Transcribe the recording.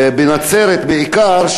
בנצרת בעיקר,